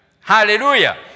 Hallelujah